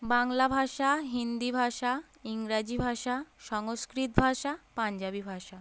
বাংলা ভাষা হিন্দি ভাষা ইংরেজি ভাষা সংস্কৃত ভাষা পাঞ্জাবি ভাষা